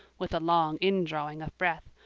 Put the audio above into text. with a long indrawing of breath.